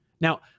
Now